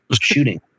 shooting